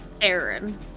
Aaron